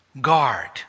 guard